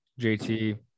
JT